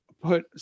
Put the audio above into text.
put